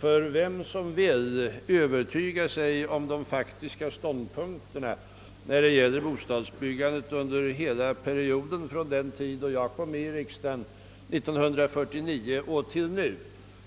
Var och en som vill övertyga sig om de faktiska ståndpunkterna i fråga om bostadsbyggandet under hela perioden från den tid då jag kom in i riksdagen 1949 och fram till nu